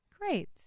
Great